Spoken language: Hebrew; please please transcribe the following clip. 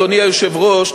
אדוני היושב-ראש,